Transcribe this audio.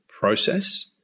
process